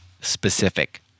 specific